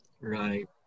Right